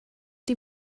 die